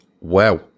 Wow